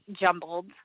jumbled